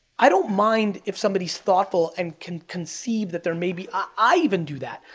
i don't mind if somebody's thoughtful and can conceive that there may be. i even do that.